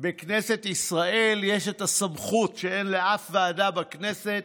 בכנסת ישראל יש את הסמכות שאין לאף ועדה בכנסת,